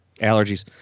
allergies